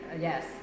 yes